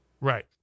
right